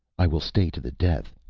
i will stay to the death,